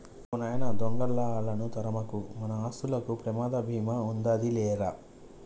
ఓ నాయన దొంగలా ఆళ్ళను తరమకు, మన ఆస్తులకు ప్రమాద భీమా ఉందాది లేరా